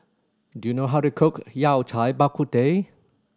do you know how to cook Yao Cai Bak Kut Teh